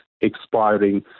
expiring